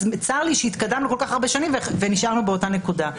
צר לי שהתקדמנו כל כך הרבה שנים ונשארנו באותה נקודה.